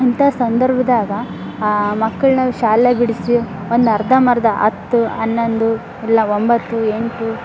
ಇಂಥ ಸಂದರ್ಭ್ದಾಗೆ ಆ ಮಕ್ಕಳನ್ನ ಶಾಲೆ ಬಿಡಿಸಿ ಒಂದು ಅರ್ಧಂಬರ್ದ ಹತ್ತು ಹನ್ನೊಂದು ಇಲ್ಲ ಒಂಬತ್ತು ಎಂಟು